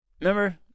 Remember